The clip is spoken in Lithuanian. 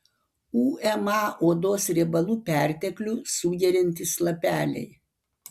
uma odos riebalų perteklių sugeriantys lapeliai